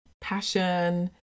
passion